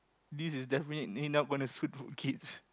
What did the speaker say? this is definitely not going to suit for kids